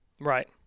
Right